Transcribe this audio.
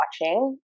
watching